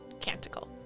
Canticle